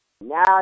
Now